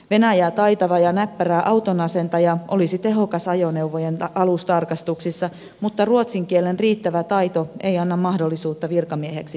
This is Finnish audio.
venäjää taitava ja näppärä autonasentaja olisi tehokas ajoneuvojen alustarkastuksissa mutta ruotsin kielen riittävä taito ei anna mahdollisuutta virkamieheksi nimittämiselle